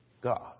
God